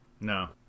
No